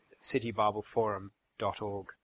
citybibleforum.org